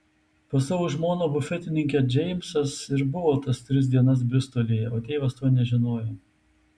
pas savo žmoną bufetininkę džeimsas ir buvo tas tris dienas bristolyje o tėvas to nežinojo